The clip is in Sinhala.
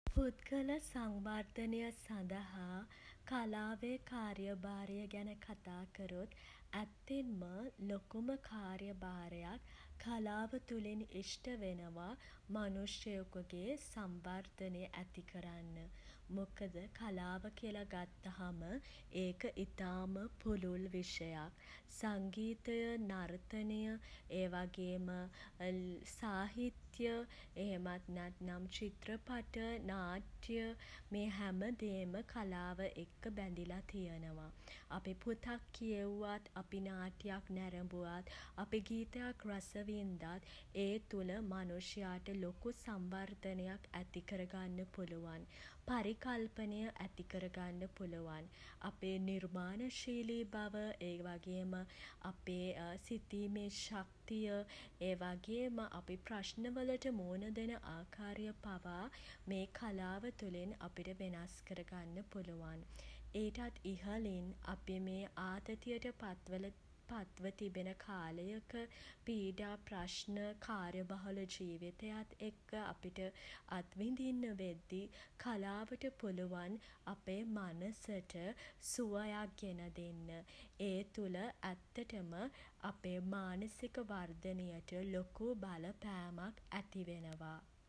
පුද්ගල සංවර්ධනය සඳහා කලාවේ කාර්යභාරය ගැන කතා කරොත් ඇත්තෙන්ම ලොකුම කාර්යභාරයක් කලාව තුළින් ඉෂ්ට වෙනවා මනුෂ්‍යයෙකුගේ සංවර්ධනය ඇති කරන්න. මොකද කලාව කියලා ගත්තහම ඒක ඉතාම පුළුල් විෂයක්. සංගීතය නර්තනය ඒ වගේම සාහිත්‍ය එහෙමත් නැත්නම් චිත්‍රපට නාට්‍ය මේ හැමදේම කලාව එක්ක බැඳිලා තියෙනවා. අපි පොතක් කියෙව්වත් අපි නාට්‍යයක් නැරඹුවත් අපි ගීතයක් රස වින්දත් ඒ තුළ මනුෂ්‍යයාට ලොකු සංවර්ධනයක් ඇති කර ගන්න පුළුවන්. පරිකල්පනය ඇතිකර ගන්න පුළුවන්. අපේ නිර්මාණශීලී බව ඒ වගේම අපේ සිතීමේ ශක්තිය ඒ වගේම අපි ප්‍රශ්න වලට මුහුණ දෙන ආකාරය පවා මේ කලාව තුලින් අපිට වෙනස් කර ගන්න පුළුවන්. ඊටත් ඉහළින් අපි මේ ආතතියට පත්වන පත්ව තිබෙන කාලයක පීඩා ප්‍රශ්න කාර්යබහුල ජීවිතයත් එක්ක අපිට අත්විඳින්න වෙද්දී කලාවට පුළුවන් අපේ මනසට සුවයක් ගෙන දෙන්න. ඒ තුළ ඇත්තටම අපේ මානසික වර්ධනයට ලොකු බලපෑමක් ඇති වෙනවා.